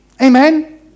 Amen